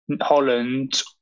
Holland